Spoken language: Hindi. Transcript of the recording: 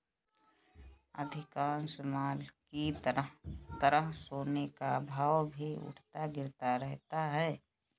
अधिकांश माल की तरह सोने का भाव भी उठता गिरता रहता है